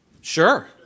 Sure